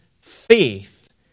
faith